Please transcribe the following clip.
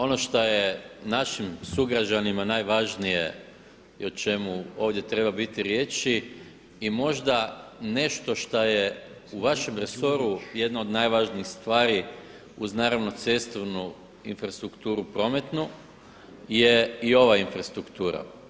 Ono šta je našim sugrađanima najvažnije i o čemu ovdje treba biti riječi i možda nešto šta je u vašem resoru jedna od najvažnijih stvari uz naravno cestovnu infrastrukturu prometnu je i ova infrastruktura.